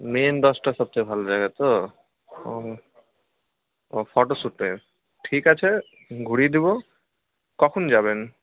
main বাসটা সব থেকে ভালো জায়গা তো ওম ও ফটোশুটের ঠিক আছে ঘুরিয়ে দিবো কখন যাবেন